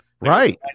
Right